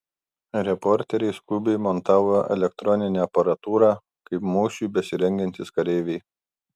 reporteriai skubiai montavo elektroninę aparatūrą kaip mūšiui besirengiantys kareiviai